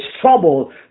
trouble